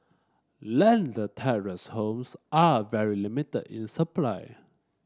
landed terrace homes are very limited in supply